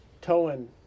Towing